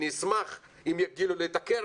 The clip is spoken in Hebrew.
אני אשמח אם יגדילו לי את הקרן,